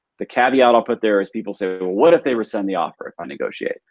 the caveat i'll put there is people say, what if they rescind the offer if i negotiate?